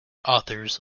authors